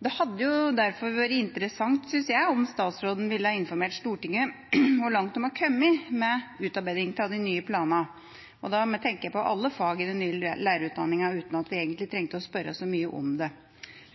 Det hadde derfor vært interessant, syns jeg, om statsråden ville informert Stortinget om hvor langt man er kommet med utarbeiding av de nye planene, og da tenker jeg på alle fag i den nye lærerutdanninga, uten at vi egentlig trengte å spørre så mye om det.